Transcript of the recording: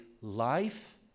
life